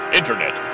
Internet